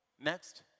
Next